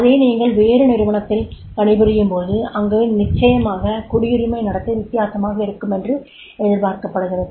அதே நீங்கள் வேறு நிறுவனத்தில் பணிபுரியும் போது அங்கு நிச்சயமாக குடியுரிமை நடத்தை வித்தியாசமாக இருக்கும் என்று எதிர்பார்க்கப்படுகிறது